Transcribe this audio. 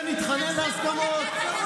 שנתחנן להסכמות?